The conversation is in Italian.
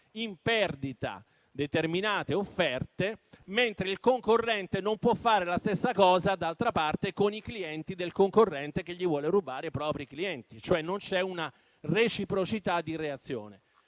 in perdita determinate offerte, mentre il concorrente non può fare la stessa cosa, d'altra parte, con i clienti del concorrente che gli vuole rubare i propri clienti; non c'è una reciprocità di reazione.